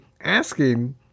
asking